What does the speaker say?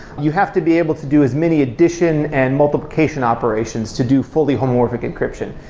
you have to be able to do as many addition and multiplication operations to do fully homomorphic encryption.